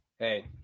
Hey